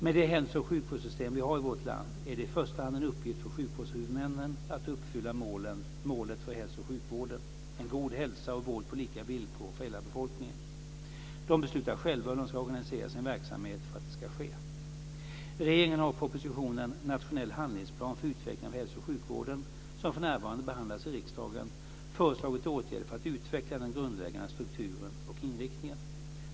Med det hälso och sjukvårdssystem vi har i vårt land är det i första hand en uppgift för sjukvårdshuvudmännen att uppfylla målet för hälso och sjukvården: en god hälsa och en vård på lika villkor för hela befolkningen. De beslutar själva hur de ska organisera sin verksamhet för att det ska ske. Regeringen har i proposition 1999/2000:149 Nationell handlingsplan för utveckling av hälso och sjukvården, som för närvarande behandlas i riksdagen, föreslagit åtgärder för att utveckla den grundläggande strukturen och inriktningen.